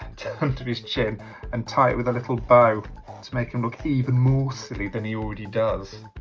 turn to his chin and tie it with a little bow to make him look even more silly than he already does